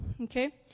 okay